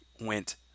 went